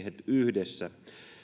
yhdessä